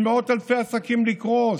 ממאות אלפי עסקים לקרוס,